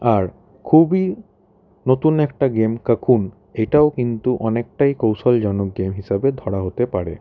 আর খুবই নতুন একটা গেম কাকুন এটাও কিন্তু অনেকটাই কৌশলজনক গেম হিসাবে ধরা হতে পারে